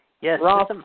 Yes